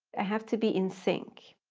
i have to be in sync.